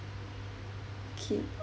K